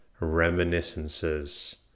reminiscences